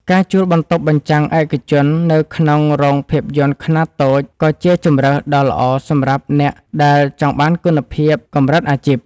ការជួលបន្ទប់បញ្ចាំងឯកជននៅក្នុងរោងភាពយន្តខ្នាតតូច ក៏ជាជម្រើសដ៏ល្អសម្រាប់អ្នកដែលចង់បានគុណភាពកម្រិតអាជីព។